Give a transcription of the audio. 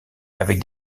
avec